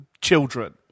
children